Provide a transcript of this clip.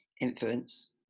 influence